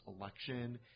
election